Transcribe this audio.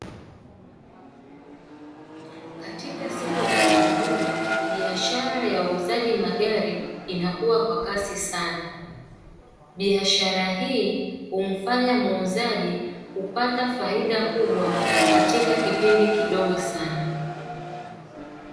Katika siku za karibuni biashara za uuzaji magari inakua kwa kasi sana, biashara hii humfanya muuzaji kupata faida kubwa katika kipindi kidogo sana.